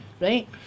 Right